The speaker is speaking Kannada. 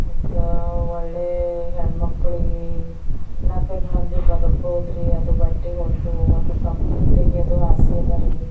ಮತ್ತು ಒಳ್ಳೆಯ ಹೆಣ್ಮಕ್ಳಿಗೆ ನಾಲ್ಕೈದು ಮಂದಿ ಬದಕ್ಬೋದ್ರಿ ಅದು ಬಟ್ಟೆ ಹೊಲಿದು ಒಂದು ಕಂಪ್ನಿ ತೆಗಿಯೋದು ಆಸೆ ಅದರಿ